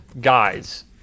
Guys